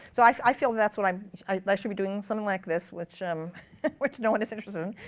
so i i feel that's what i um i like should be doing something like this, which um which no one is interested in.